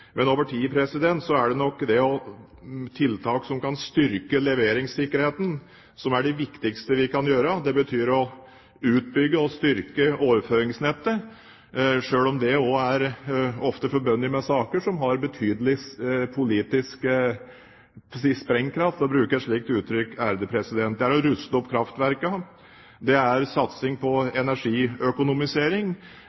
Men over tid er nok tiltak som kan styrke leveringssikkerheten det viktigste vi kan gjøre. Det betyr å bygge ut og styrke overføringsnettet, selv om det ofte er forbundet med saker som har betydelig politisk sprengkraft, for å bruke et slikt uttrykk. Det er å ruste opp kraftverkene. Det er satsing på